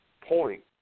point